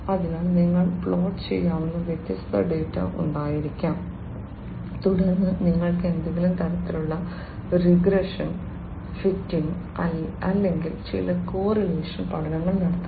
അതിനാൽ നിങ്ങൾക്ക് പ്ലോട്ട് ചെയ്യാവുന്ന വ്യത്യസ്ത ഡാറ്റ ഉണ്ടായിരിക്കാം തുടർന്ന് നിങ്ങൾക്ക് ഏതെങ്കിലും തരത്തിലുള്ള റിഗ്രഷൻ ഫിറ്റിംഗ് അല്ലെങ്കിൽ ചില കോറിലേഷൻ പഠനങ്ങൾ നടത്താം